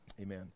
amen